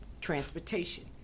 Transportation